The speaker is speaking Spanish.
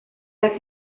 las